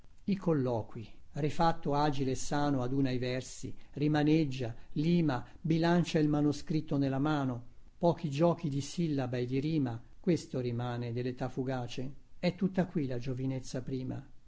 i colloqui rifatto agile e sano aduna i versi rimaneggia lima bilancia il manoscritto nella mano pochi giochi di sillaba e di rima questo rimane delletà fugace è tutta qui la giovinezza prima